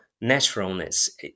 naturalness